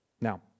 Now